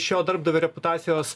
šio darbdavio reputacijos